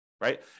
right